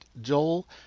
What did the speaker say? Joel